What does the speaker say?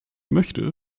möchte